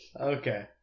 Okay